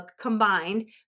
combined